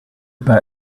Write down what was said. bei